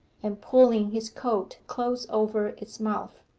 and pulling his coat close over its mouth.